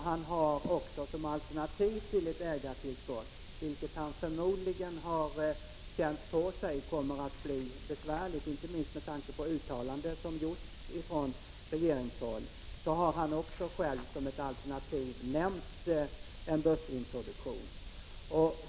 Han har som ett alternativ till ett ägartillskott, vilket han förmodligen känt på sig kommer att bli besvärligt inte minst med tanke på uttalanden från regeringshåll, nämnt en börsintroduktion.